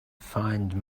find